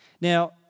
Now